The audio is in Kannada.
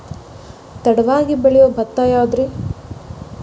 ತಡವಾಗಿ ಬೆಳಿಯೊ ಭತ್ತ ಯಾವುದ್ರೇ?